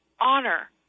honor